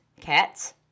cats